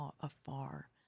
afar